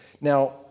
Now